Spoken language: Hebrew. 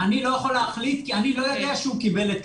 אני אקצין ואומר שהוא לוגיסטי